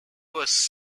was